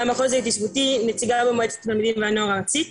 מהמחוז ההתיישבותי נציגה במועצת התלמידים והנוער הארצית